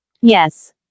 Yes